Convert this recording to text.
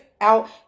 out